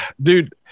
Dude